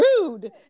rude